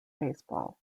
baseball